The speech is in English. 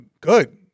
good